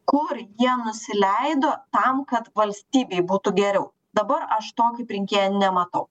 kur jie nusileido tam kad valstybei būtų geriau dabar aš to kaip rinkėja nematau